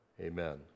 amen